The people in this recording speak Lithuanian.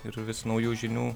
ir vis naujų žinių